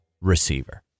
receiver